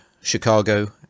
Chicago